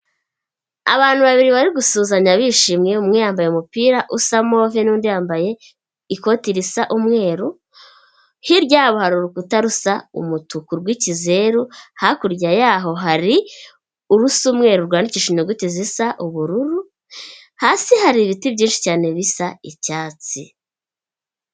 Abantu babiri bari gusuhuzanya bishimye umwe yambaye umupira usa move undi yambaye ikoti risa umweru, hirya yabo hari urukuta rusa umutuku rw'ikizeru hakurya yaho hari urusu umwe rwandikishayuguti zisa ubururu, hasi hari ibiti byinshi cyane bisa icyatsi.